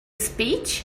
speech